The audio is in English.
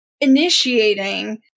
initiating